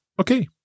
Okay